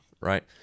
right